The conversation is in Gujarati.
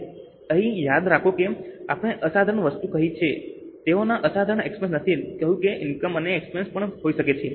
અહીં યાદ રાખો કે આપણે અસાધારણ વસ્તુ કહી છે તેઓએ અસાધારણ એક્સપેન્સ નથી કહ્યું તે ઇનકમ અને એક્સપેન્સ પણ હોઈ શકે છે